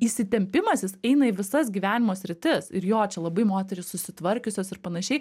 įsitempimas jis eina į visas gyvenimo sritis ir jo čia labai moterys susitvarkiusios ir panašiai